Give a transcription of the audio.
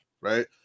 right